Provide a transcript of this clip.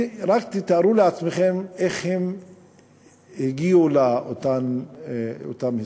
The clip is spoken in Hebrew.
רק תתארו לעצמכם איך הן הגיעו לאותם הישגים.